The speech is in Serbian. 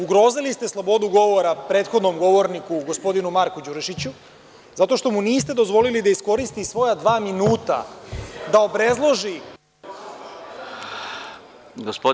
Ugrozili ste slobodu govora prethodnom govorniku gospodinu Marku Đurišiću zato što mu niste dozvolili da iskoristi svoja dva minuta da obrazloži povredu Poslovnika.